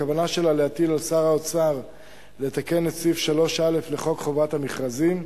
הכוונה שלה: להטיל על שר האוצר לתקן את סעיף 3א לחוק חובת המכרזים,